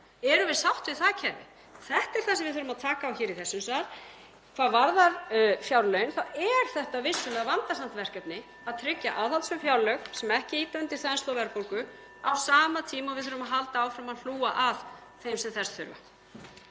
Erum við sátt við það kerfi? Þetta er það sem við þurfum að taka á hér í þessum sal. Hvað varðar fjárlögin (Forseti hringir.) þá er það vissulega vandasamt verkefni að tryggja aðhaldssöm fjárlög sem ekki ýta undir þenslu og verðbólgu á sama tíma og við þurfum að halda áfram að hlúa að þeim sem þess þurfa.